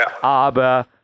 aber